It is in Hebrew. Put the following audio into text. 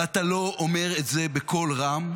ואתה לא אומר את זה בקול רם,